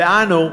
אנו,